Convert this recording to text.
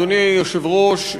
אדוני היושב-ראש,